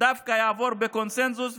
ודווקא יעבור בקונסנזוס,